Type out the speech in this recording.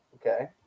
Okay